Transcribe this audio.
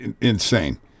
insane